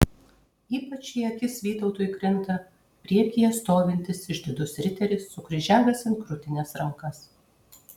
ypač į akis vytautui krinta priekyje stovintis išdidus riteris sukryžiavęs ant krūtinės rankas